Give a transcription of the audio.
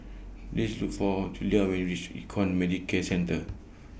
Please Look For Julia when YOU REACH Econ Medicare Centre